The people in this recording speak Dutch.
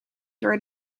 door